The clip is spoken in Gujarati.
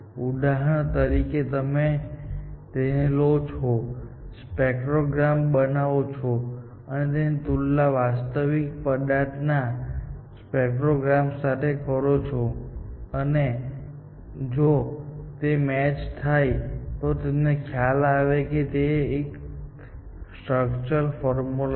ઉદાહરણ તરીકે તમે તેને લો છો સ્પેક્ટોગ્રામ બનાવો છો અને તેની તુલના વાસ્તવિક પદાર્થ ના સ્પેક્ટોગ્રામ સાથે કરો છો અને જો તે મેચ થાય છે તો તમને ખ્યાલ આવે છે કે તે એક સ્ટ્રચરલ ફોર્મ્યુલા છે